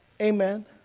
Amen